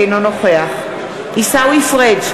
אינו נוכח עיסאווי פריג'